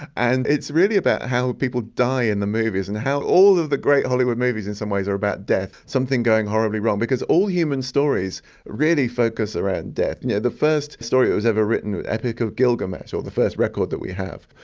and it's really about how people die in the movies, and how all of the great hollywood movies in some ways are about death. something going horribly wrong. because all human stories really focus around death. you know the first story that was ever written, the epic of gilgamesh, or the first record that we have,